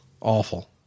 awful